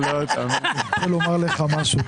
אני רוצה לומר לך משהו: